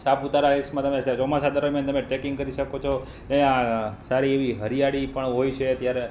સાપુતારા હિલ્સમાં તમે ત્યાં ચોમાસા દરમ્યાન તમે ટ્રેકિંગ કરી શકો છો ત્યાં સારી એવી હરિયાળી પણ હોય છે અત્યારે